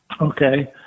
Okay